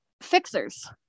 fixers